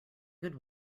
good